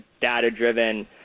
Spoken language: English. data-driven